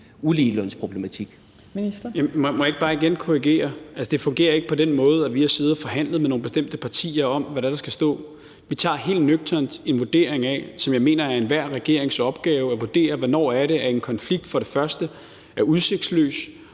Hummelgaard): Må jeg ikke bare igen korrigere. Det fungerer ikke på den måde, at vi har siddet og forhandlet med nogle bestemte partier om, hvad det er, der skal stå. Vi tager helt nøgternt en vurdering af, som jeg mener det er enhver regerings opgave at gøre, hvornår en konflikt for det første er udsigtsløs